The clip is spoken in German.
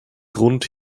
grund